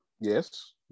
Yes